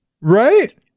right